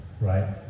right